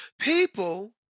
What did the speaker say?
People